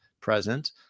present